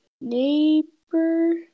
neighbor